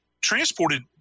transported